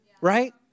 Right